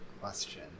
question